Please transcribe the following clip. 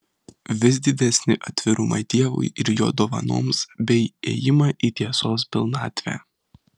vis didesnį atvirumą dievui ir jo dovanoms bei ėjimą į tiesos pilnatvę